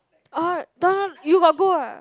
oh don't know you got go ah